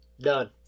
done